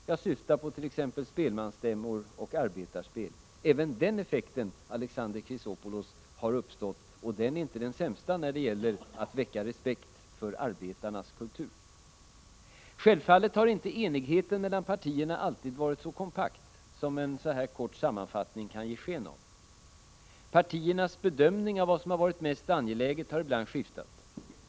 Jag syftar på t.ex. spelmansstämmor och arbetarspel. Även den effekten, Alexander Chrisopoulos, har uppstått. Och den är inte den sämsta när det gäller att väcka respekt för arbetarnas kultur. Självfallet har inte enigheten mellan partierna alltid varit så kompakt som en så här kort sammanfattning kan ge sken av. Partiernas bedömning av vad som varit mest angeläget har ibland skiftat.